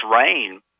rain